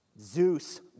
Zeus